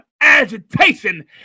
agitation